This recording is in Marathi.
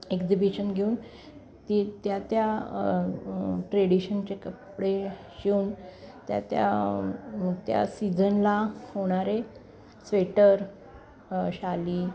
एक्झिबिशन घेऊन ती त्या त्या ट्रेडिशनचे कपडे शिवून त्या त्या त्या सीजनला होणारे स्वेटर शाली